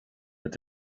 that